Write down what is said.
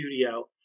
studio